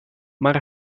maar